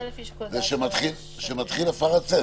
זה לפי שיקול דעת --- זה שמתחיל הפרת סדר.